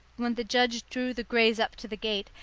when the judge drew the greys up to the gate,